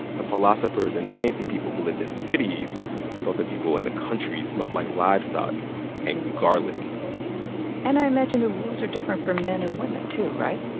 the philosophers and fancy people who lived in cities felt that people in the country smelled like livestock and garlic and i imagine the rules are different for men and women too, right?